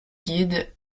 guide